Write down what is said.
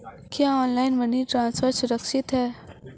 क्या online money transfer सुरक्षित है?